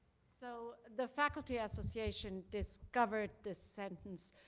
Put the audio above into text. so the faculty association discovered the sentence.